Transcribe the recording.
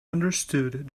understood